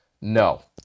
No